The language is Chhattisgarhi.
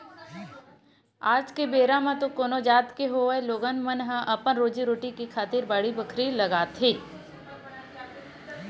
आज के बेरा म तो कोनो जात के होवय लोगन मन ह अपन रोजी रोटी खातिर बाड़ी बखरी लगाथे